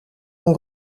een